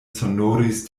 sonoris